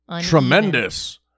Tremendous